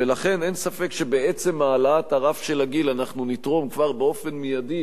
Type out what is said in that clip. ולכן אין ספק שבעצם העלאת הרף של הגיל כבר נתרום באופן מיידי,